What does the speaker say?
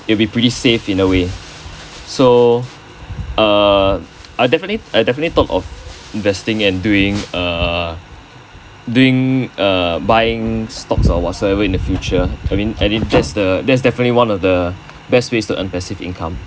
it'll be pretty safe in a way so uh I definitely I definitely thought of investing and doing err doing err buying stocks or whatsoever in the future I mean that's that's definitely one of the best ways to earn passive income